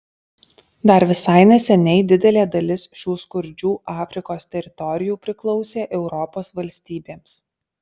dar visai neseniai didelė dalis šių skurdžių afrikos teritorijų priklausė europos valstybėms